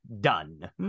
done